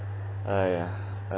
!aiya! err